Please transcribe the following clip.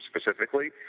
specifically